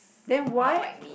then why